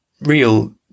real